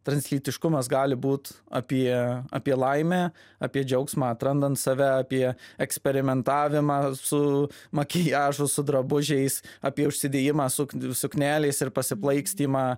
translytiškumas gali būt apie apie laimę apie džiaugsmą atrandant save apie eksperimentavimą su makiažu su drabužiais apie užsidėjimą suk suknelės ir pasiplaikstymą